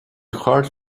hard